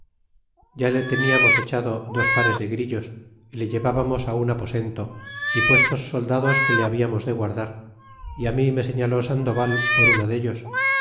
ya le teníamos echado dos pares de grillos y le llevábamos un aposento y puestos soldados que le hablamos de guardar y á mí me señaló sandoval por uno dellos